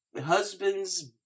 husband's